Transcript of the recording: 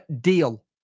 deal